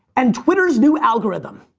and twitter's new algorithm.